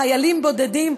חיילים בודדים,